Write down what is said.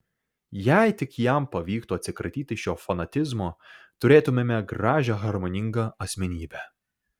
jei tik jam pavyktų atsikratyti šio fanatizmo turėtumėme gražią harmoningą asmenybę